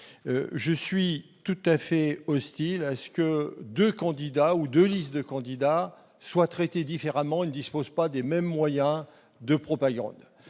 je suis tout à fait hostile à ce que deux candidats ou deux listes de candidats soient traités différemment et ne disposent pas des mêmes moyens de propagande.